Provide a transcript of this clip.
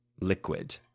liquid